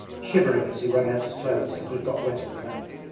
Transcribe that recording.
shivering as he wrung out his clothes that had got wet on the bank.